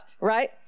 right